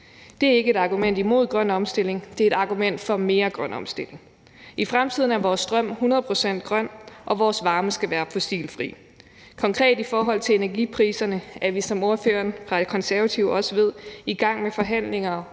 Det er ikke et argument imod grøn omstilling – det er et argument for mere grøn omstilling. I fremtiden er vores strøm 100 pct. grøn, og vores varme skal være fossilfri. Konkret i forhold til energipriserne er vi, som ordføreren fra De Konservative også ved, i gang med forhandlinger